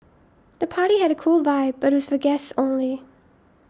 the party had a cool vibe but was for guests only